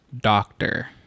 doctor